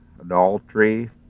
adultery